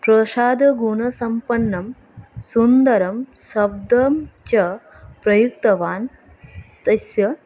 प्रसादगुणसम्पन्नं सुन्दरं शब्दं च प्रयुक्तवान् तस्य